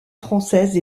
française